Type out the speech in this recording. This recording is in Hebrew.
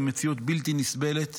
היא מציאות בלתי נסבלת.